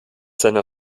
seiner